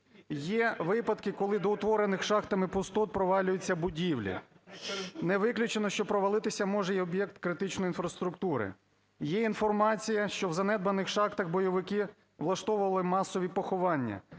Є випадки, коли до утворених шахтами пустот провалюються будівлі. Не виключено, що провалитися може і об'єкт критичної інфраструктури. Є інформація, що в занедбаних шахтах бойовики влаштовували масові поховання,